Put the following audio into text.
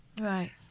Right